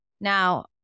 now